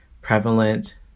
prevalent